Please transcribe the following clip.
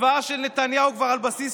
השוואה של נתניהו כבר על בסיס